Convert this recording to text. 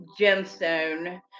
gemstone